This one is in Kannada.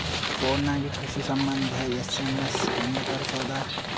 ಫೊನ್ ನಾಗೆ ಕೃಷಿ ಸಂಬಂಧ ಎಸ್.ಎಮ್.ಎಸ್ ಹೆಂಗ ತರಸೊದ?